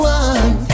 one